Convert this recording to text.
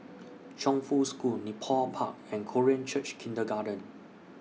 Chongfu School Nepal Park and Korean Church Kindergarten